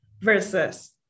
versus